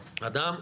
האדם.